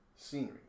Scenery